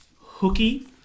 hooky